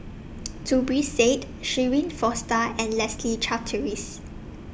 Zubir Said Shirin Fozdar and Leslie Charteris